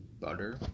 Butter